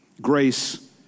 Grace